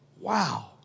Wow